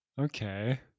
Okay